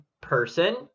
person